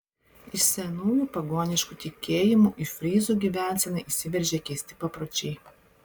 iš senųjų pagoniškų tikėjimų į fryzų gyvenseną įsiveržė keisti papročiai